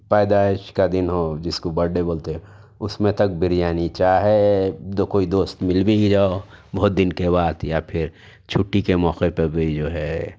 پیدائش کا دن ہو جس کو برتھ ڈے بولتے ہیں اس میں تک بریانی چاہے دو کوئی دوست مل بھی جاؤ بہت دن کے بعد یا پھر چھٹّی کے موقعے پہ بھی جو ہے